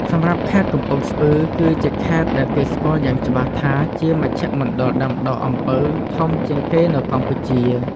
សម្រាប់ខេត្តកំពង់ស្ពឺ គឺជាខេត្តដែលគេស្គាល់យ៉ាងច្បាស់ថាជាមជ្ឈមណ្ឌលដាំដុះអំពៅធំជាងគេនៅកម្ពុជា។